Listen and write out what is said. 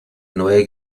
neue